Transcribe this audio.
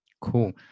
cool